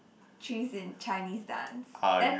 trees in Chinese dance